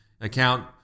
account